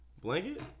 Blanket